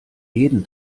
jeden